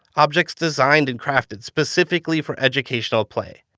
objects designed and crafted specifically for educational play.